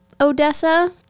odessa